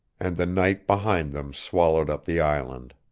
and the night behind them swallowed up the island.